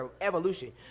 evolution